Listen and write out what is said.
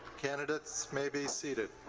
candidates may be seated.